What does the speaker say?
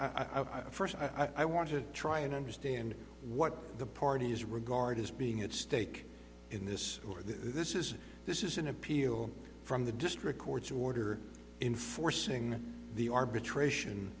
i first i want to try and understand what the party is regard as being at stake in this or this is this is an appeal from the district court's order enforcing the arbitration